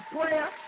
prayer